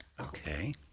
Okay